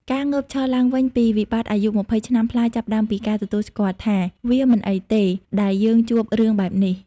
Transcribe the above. ការងើបឈរឡើងវិញពីវិបត្តិអាយុ២០ឆ្នាំប្លាយ ចាប់ផ្តើមពីការទទួលស្គាល់ថា "វាមិនអីទេ ដែលយើងជួបរឿងបែបនេះ"។